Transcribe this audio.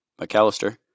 McAllister